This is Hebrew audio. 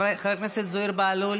גברתי, זמנך תם.